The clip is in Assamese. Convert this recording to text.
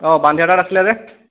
অঁ বান থিয়েটাৰত আছিলে যে